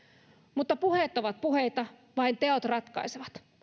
mutta puheet ovat puheita vain teot ratkaisevat